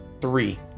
three